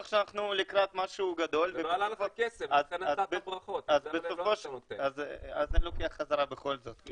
שאנחנו לקראת משהו גדול ----- אז אני לוקח בחזרה בכל זאת.